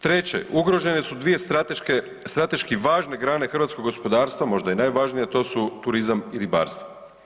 Treće ugrožene su dvije strateške, strateški važne grane hrvatskog gospodarstva, možda i najvažnije, a to su turizam i ribarstvo.